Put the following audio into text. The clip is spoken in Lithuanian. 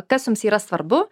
kas jums yra svarbu